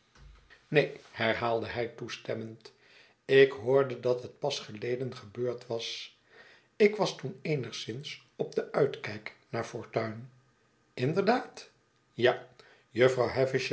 neen herhaalde hij toestemmend ik hoorde dat het pas geleden gebeurd was ik was toen eenigszins op den uitkijk naar fortuin lnderdaad ja jufvrouw